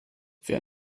wer